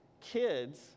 kids